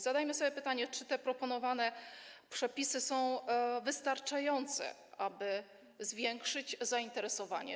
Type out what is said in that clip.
Zadajmy sobie pytanie, czy te proponowane przepisy są wystarczające, aby zwiększyć zainteresowanie.